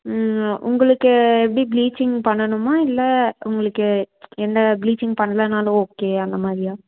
உங்களுக்கு எப்படி ப்ளீச்சிங் பண்ணணுமா இல்லை உங்களுக்கு எந்த ப்ளீச்சிங் பண்ணலனாலும் ஓகே அந்த மாதிரியா